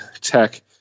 tech